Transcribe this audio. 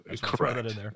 Correct